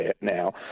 now